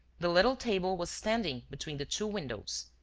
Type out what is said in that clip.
the little table was standing between the two windows,